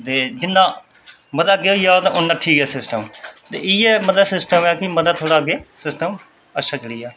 ते जिन्ना मतलब अग्गें होई जाह्ग उन्ना ठीक ऐ सिस्टम इ'यै मतलब सिस्टम ऐ कि मतलब थोह्ड़ा अग्गें सिस्टम अच्छा चली जा